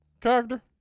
character